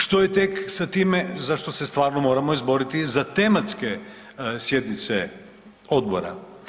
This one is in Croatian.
Što je tek sa time za što se stvarno moramo izboriti za tematske sjednice odbora?